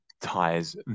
ties